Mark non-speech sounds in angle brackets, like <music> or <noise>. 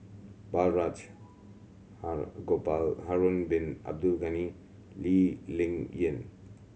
Balraj <unintelligible> Gopal Harun Bin Abdul Ghani Lee Ling Yen